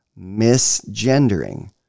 misgendering